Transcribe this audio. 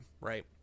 right